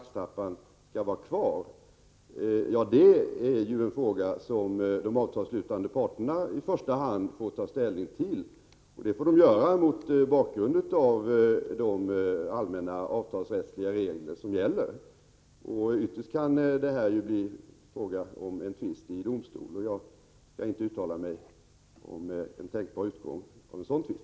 1985/86:23 laxtrappan skall vara kvar är ju i första hand en fråga som de avtalsslutande 8 november 1985 rt får ta ställning till. Det får de gö t bakgrund av de allmä parterna får ta ställning till. Det får de göra mot bakgrund av de allmänna Om förstärkt bevak avtalsrättsliga regler som gäller. Ytterst kan det här bli fråga om en tvist i å årds domstol, och jag skall inte uttala mig om en tänkbar utgång av en sådan tvist.